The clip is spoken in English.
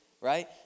right